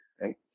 right